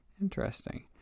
interesting